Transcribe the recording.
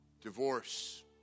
divorce